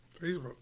Facebook